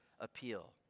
appeal